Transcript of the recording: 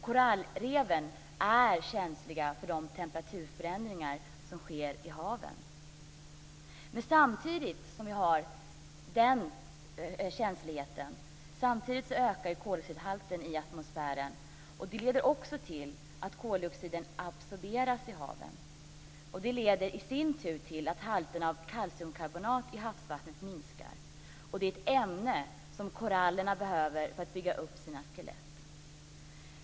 Korallreven är känsliga för de temperaturförändringar som sker i haven. Samtidigt ökar också koldioxidhalten i atmosfären. Det leder också till att koldioxiden absorberas i haven. Det leder i sin tur till att halterna av kalciumkarbonat i havsvattnet minskar. Det är ett ämne som korallerna behöver för att bygga upp sina skelett.